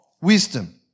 wisdom